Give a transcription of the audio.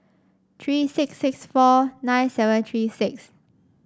three six six four nine seven three six